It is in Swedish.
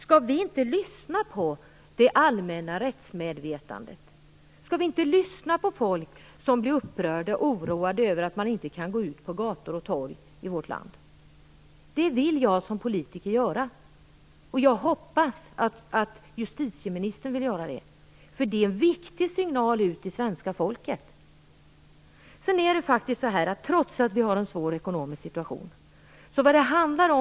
Skall vi inte lyssna på det allmänna rättsmedvetandet? Skall vi inte lyssna på folk som blir upprörda och oroade över att man inte kan gå ut på gator och torg i vårt land? Det vill jag som politiker göra, och jag hoppas att justitieministern vill göra det. Det är en viktig signal till svenska folket. Vi har en svår ekonomisk situation.